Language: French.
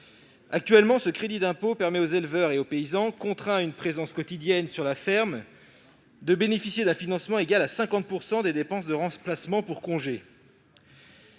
Actuellement, ce crédit d'impôt permet aux éleveurs et aux paysans contraints à une présence quotidienne dans leur ferme de bénéficier d'un financement égal à 50 % des dépenses de remplacement pour congé,